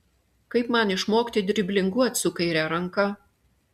kaip man išmokti driblinguot su kaire ranka